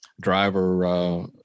driver